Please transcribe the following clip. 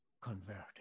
converted